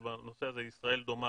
ובנושא הזה ישראל דומה,